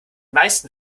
meisten